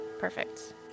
Perfect